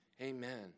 Amen